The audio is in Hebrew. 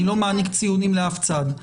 אני לא מעניק ציונים לאף צד,